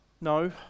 No